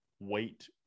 wait